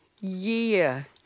year